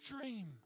dream